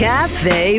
Cafe